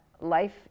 life